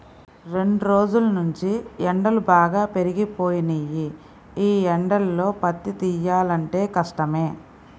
రెండ్రోజుల్నుంచీ ఎండలు బాగా పెరిగిపోయినియ్యి, యీ ఎండల్లో పత్తి తియ్యాలంటే కష్టమే